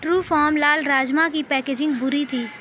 ٹروفام لال راجما کی پیکیجنگ بری تھی